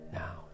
now